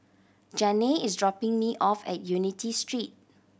Janay is dropping me off at Unity Street